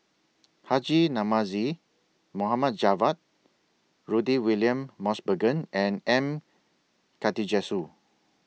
Haji Namazie Mohammad Javad Rudy William Mosbergen and M Karthigesu